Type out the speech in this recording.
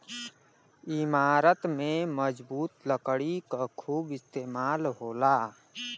इमारत में मजबूत लकड़ी क खूब इस्तेमाल होला